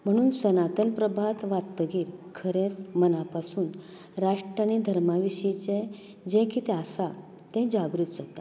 म्हणून सनातन प्रभात वाचतगीर खरेंच मनापासून राष्ट्र आनी धर्मा विशीचें जें कितें आसा तें जागृत जाता